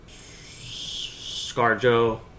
Scarjo